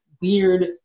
weird